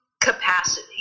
capacity